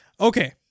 Okay